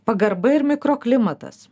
pagarba ir mikroklimatas